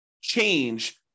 change